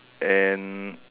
and